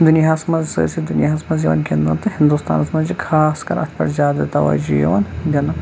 دُنیاہَس منٛز سٲرِسٕے دُنیاہَس منٛز یِوان گِنٛدنہٕ تہٕ ہِنٛدوستانَس منٛز چھِ خاص کَر اَتھ پٮ۪ٹھ زیادٕ تَوَجُہ یِوان دِنہٕ